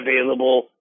available